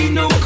no